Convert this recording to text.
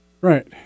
Right